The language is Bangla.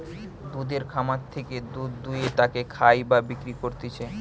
দুধের খামার থেকে দুধ দুয়ে তাকে খায় বা বিক্রি করতিছে